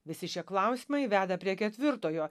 visi šie klausimai veda prie ketvirtojo